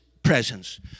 presence